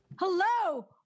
Hello